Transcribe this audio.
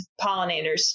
pollinators